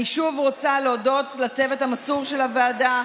אני שוב רוצה להודות לצוות המסור של הוועדה,